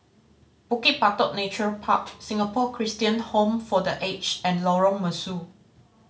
Bukit Batok Nature Park Singapore Christian Home for The Aged and Lorong Mesu